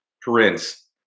Prince